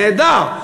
נהדר.